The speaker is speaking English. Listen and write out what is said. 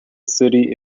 city